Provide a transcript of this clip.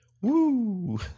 woo